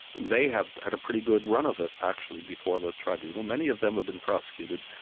they have had a pretty good run of it actually before the tribunal many of them have been prosecuted,